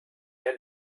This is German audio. der